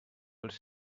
els